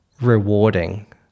rewarding